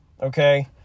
okay